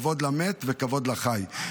כבוד למת וכבוד לחי.